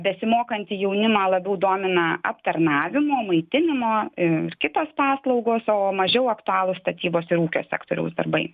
besimokantį jaunimą labiau domina aptarnavimo maitinimo ir kitos paslaugos o mažiau aktualūs statybos ir ūkio sektoriaus darbai